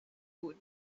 بود